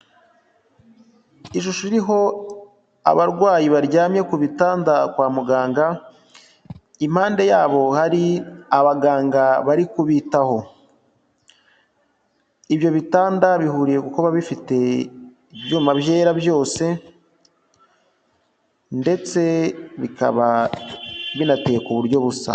Ishusho iriho abarwayi baryamye ku bitanda kwa muganga, impande yabo hari abaganga bari kubitaho, ibyo bitanda bihuriye kukuba bifite ibyuma byera byose ndetse bikaba binateye ku buryo busa.